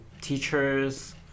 teachers